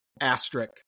asterisk